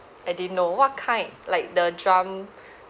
I didn't know what kind like the drum